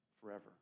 forever